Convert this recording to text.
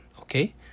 okay